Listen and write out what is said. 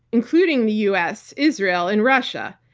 including the u. s, israel and russia,